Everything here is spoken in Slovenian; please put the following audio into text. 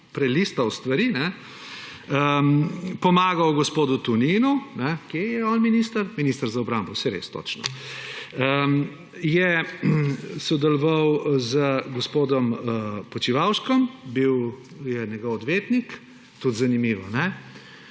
prelistal stvari, pomagal gospodu Toninu. Kje je on minister? Minister za obrambo, saj res, točno. Je sodeloval z gospodom Počivalškom, bil je njegov odvetnik, tudi zanimivo.